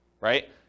right